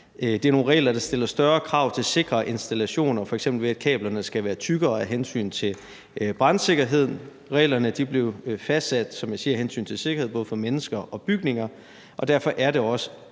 Det er for nogle regler, der stiller større krav til sikre installationer, f.eks. ved at kablerne skal være tykkere af hensyn til brandsikkerheden. Reglerne blev fastsat, som jeg siger, af hensyn til sikkerheden for både mennesker og bygninger, og derfor er det også